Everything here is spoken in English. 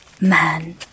Man